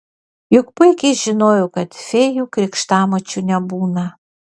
juk puikiai žinojau kad fėjų krikštamočių nebūna